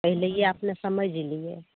पहिलहिए अपने समैझ लियै